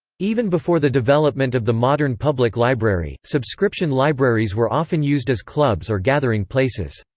even before the development of the modern public library, subscription libraries were often used as clubs or gathering places.